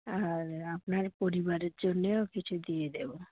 আর আপনার পরিবারের জন্যেও কিছু দিয়ে দেবো